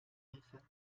hilfe